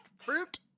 fruit